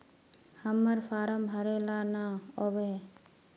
हम्मर फारम भरे ला न आबेहय?